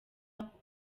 ako